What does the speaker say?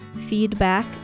feedback